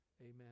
Amen